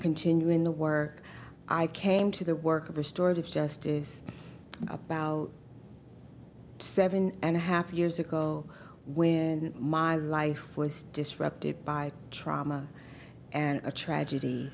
continuing the work i came to the work of restorative justice about seven and a half years ago when my life was disrupted by trauma and a tragedy